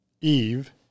Eve